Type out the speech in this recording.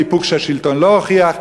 איפוק שהשלטון לא הוכיח.